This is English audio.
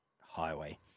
highway